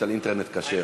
אדוני היושב-ראש,